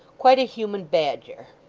quite a human badger